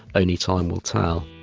only time will tell.